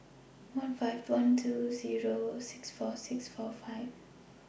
one five one two Zero six four six four five